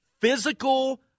Physical